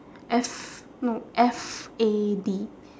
F no F A D